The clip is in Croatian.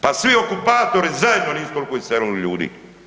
Pa svi okupatori zajedno nisu toliko iselili ljudi.